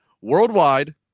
worldwide